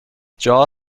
jaw